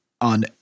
on